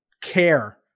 care